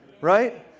Right